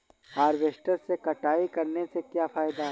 Harvester से कटाई करने से क्या फायदा है?